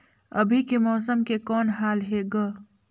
अभी के मौसम के कौन हाल हे ग?